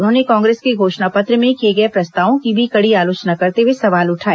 उन्होंने कांग्रेस के घोषणा पत्र में किए गए प्रस्तावों की भी कड़ी आलोचना करते हुए सवाल उठाए